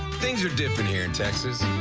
things are different here in texas.